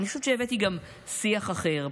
אני חושבת שהבאתי גם שיח אחר,